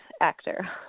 actor